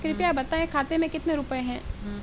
कृपया बताएं खाते में कितने रुपए हैं?